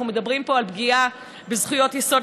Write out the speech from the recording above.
אנחנו מדברים פה על פגיעה בזכויות יסוד,